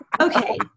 Okay